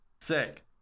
Sick